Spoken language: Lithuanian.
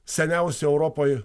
seniausi europoj